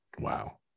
Wow